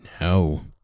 No